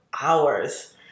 hours